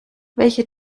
welche